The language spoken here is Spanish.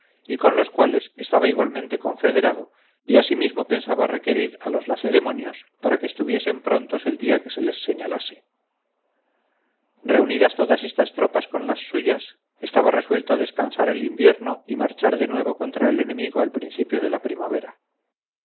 y con los cuales estaba igualmente confederado y asimismo pensaba requerirá los lacedemonios para que estuviesen prontos el día que se les señalase reunidas todas estas tropas con las suyas estaba resuelto a descansar el invierno y marchar de nuevo contra el enemigo al principio de la primavera